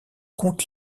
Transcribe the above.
compte